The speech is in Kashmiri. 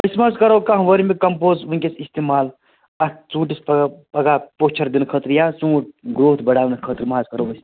أسۍ مہٕ حظ کَرو کانٛہہ ؤرمہِ کَمپوز وٕنۍکٮ۪س اِستعمال اَتھ ژوٗنٛٹھِس پَگاہ پَگاہ پوسچَر دِنہٕ خٲطرٕ یا ژوٗنٛٹھ گرٛوتھ بَڑاونہٕ خٲطرٕ مَہ حظ کَرو أسۍ